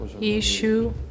issue